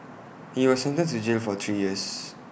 he was sentenced to jail for three years